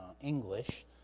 English